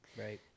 Right